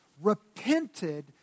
repented